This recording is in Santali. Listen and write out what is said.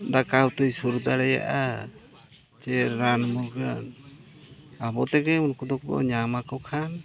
ᱫᱟᱠᱟᱼᱩᱛᱩᱭ ᱥᱩᱨ ᱫᱟᱲᱮᱭᱟᱜᱼᱟ ᱪᱮ ᱨᱟᱱᱼᱢᱩᱨᱜᱟᱹᱱ ᱟᱵᱚ ᱛᱮᱜᱮ ᱩᱱᱠᱩ ᱫᱚᱵᱚᱱ ᱧᱟᱢ ᱟᱠᱚ ᱠᱷᱟᱱ